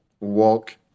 walk